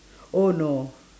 oh no